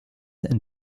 and